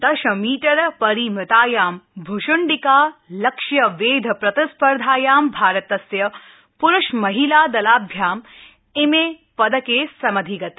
दशमीटर परिमितायां भशण्डिका लक्ष्यवेध प्रतिस्पर्धायां भारतस्य पुरूष महिला दलाभ्याम इमे पदके समधिगते